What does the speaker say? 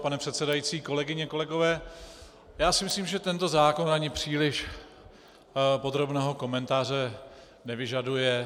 Pane předsedající, kolegyně, kolegové, já si myslím, že tento zákon ani příliš podrobného komentáře nevyžaduje.